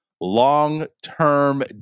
long-term